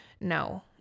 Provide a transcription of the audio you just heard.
No